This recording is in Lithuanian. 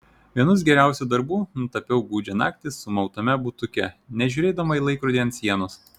vienus geriausių darbų nutapiau gūdžią naktį sumautame butuke nežiūrėdama į laikrodį ant sienos